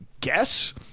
guess